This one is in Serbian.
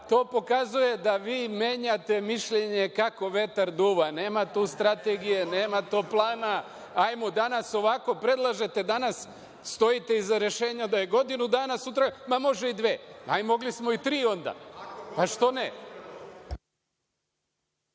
To pokazuje da vi menjate mišljenje kako vetar duva. Nema tu strategije, nema tu plana, ajmo danas ovako, danas stojite iza rešenja da je godinu dana, a sutra može i dve. Mogli smo i tri onda, što ne?